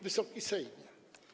Wysoki Sejmie!